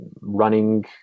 running